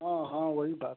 हाँ हाँ वही बात